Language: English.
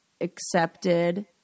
accepted